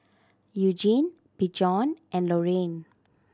Eugene Bjorn and Loriann